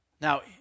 Now